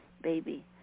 baby